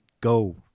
go